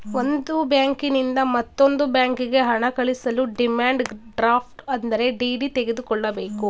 ಒಂದು ಬ್ಯಾಂಕಿನಿಂದ ಮತ್ತೊಂದು ಬ್ಯಾಂಕಿಗೆ ಹಣ ಕಳಿಸಲು ಡಿಮ್ಯಾಂಡ್ ಡ್ರಾಫ್ಟ್ ಅಂದರೆ ಡಿ.ಡಿ ತೆಗೆದುಕೊಳ್ಳಬೇಕು